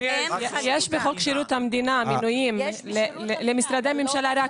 יש מינויים למשרדי ממשלה בחוק שירות הממשלה,